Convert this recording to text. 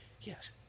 yes